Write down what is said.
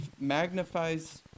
magnifies